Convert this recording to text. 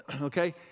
Okay